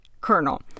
Colonel